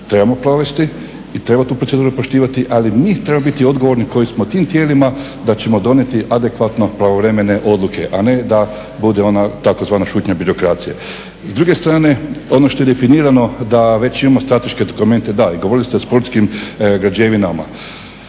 trebamo provesti i treba tu proceduru poštivati ali mi trebamo biti odgovorni koji smo tim tijelima da ćemo donijeti adekvatno pravovremene odluke a ne da bude ona takozvana šutnja birokracije. I s druge strane, ono što je definirano da već imao strateške dokumente, da i govorili ste o sportskim građevinama,